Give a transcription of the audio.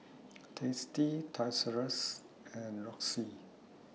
tasty Toys R US and Roxy